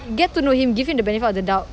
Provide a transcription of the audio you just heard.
get to know him give him the benefit of the doubt